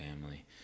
family